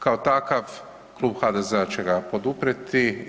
Kao takav Klub HDZ-a će ga poduprijeti.